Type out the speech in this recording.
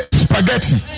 spaghetti